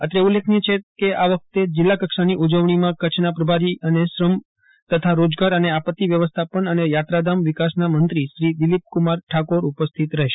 અત્રે ઉલ્લેખનીય છે કે આ વખતે જીલ્લા કક્ષાની ઉજવણીમાં કચ્છના પ્રભારી અને શ્રમ તથા રોજગાર અને આપત્તિ વ્યવથાપન અને યાત્રાધામ વિકાસના મંત્રીશ્રી દિલીપકુમાર ઠાકોર ઉપસ્થિત રહેશે